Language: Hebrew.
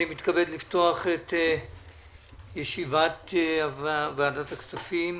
אני פותח את ישיבת ועדת הכספים.